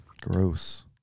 Gross